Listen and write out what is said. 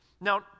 Now